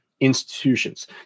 institutions